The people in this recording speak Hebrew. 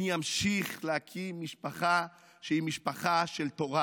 אני אמשיך להקים משפחה שהיא משפחה של תורה.